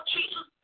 Jesus